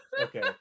okay